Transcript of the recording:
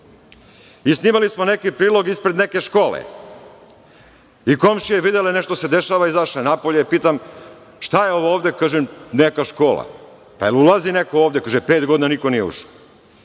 i snimali smo neki prilog ispred neke škole. Komšije su videle da se nešto dešava, izašle napolje, pita – šta je ovo ovde, kažem – neka škola. Da li ulazi neko ovde, kaže – pet godina niko nije ušao.